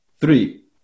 Three